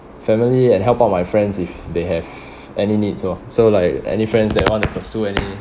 family and help out my friends if they have any needs oh so like any friends that want to pursue any